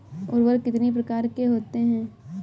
उर्वरक कितनी प्रकार के होते हैं?